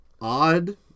odd